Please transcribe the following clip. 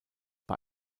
bei